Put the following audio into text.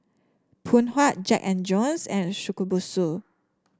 Phoon Huat Jack And Jones and Shokubutsu